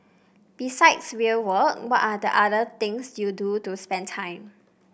besides real work what are the other things you do to spend time